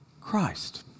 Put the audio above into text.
Christ